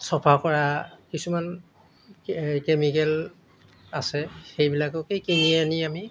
চফা কৰা কিছুমান কে কেমিকেল আছে সেইবিলাককেই কিনি আনি আমি